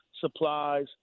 supplies